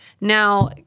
Now